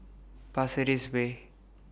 Pasir Ris Way